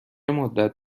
مدت